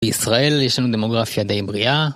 בישראל יש לנו דמוגרפיה די בריאה